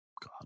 God